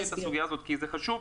תסבירי את הסוגיה הזאת כי זה חשוב.